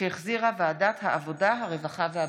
שהחזירה ועדת העבודה, הרווחה והבריאות.